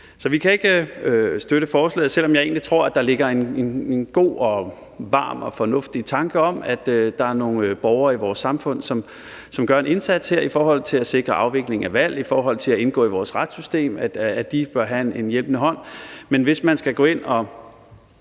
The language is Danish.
Vi kan ikke støtte forslaget, selv om jeg egentlig tror, at der ligger en god og varm og fornuftig tanke bag om, at de borgere i vores samfund, som gør en indsats i forhold til at sikre afviklingen af valg, i forhold til at indgå i vores retssystem, bør have en hjælpende hånd. Men hvis man skal gå ind og